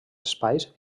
espais